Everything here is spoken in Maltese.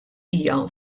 hija